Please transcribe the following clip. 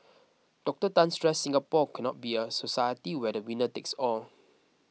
Doctor Tan stressed Singapore cannot be a society where the winner takes all